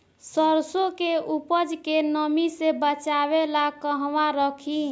सरसों के उपज के नमी से बचावे ला कहवा रखी?